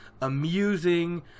amusing